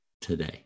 today